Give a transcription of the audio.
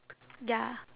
ya